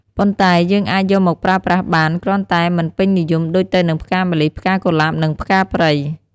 ប៉ុន្តែយើងអាចយកមកប្រើប្រាស់បាន គ្រាន់តែមិនពេញនិយមដូចទៅនឹងផ្កាម្លិះ ផ្កាកុលាប និងផ្កាព្រៃ។